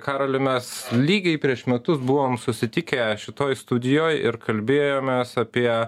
karoli mes lygiai prieš metus buvom susitikę šitoj studijoj ir kalbėjomės apie